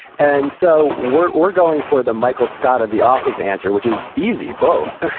and so, we're we're going for the michael scott of the office answer, which is easy, both.